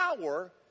power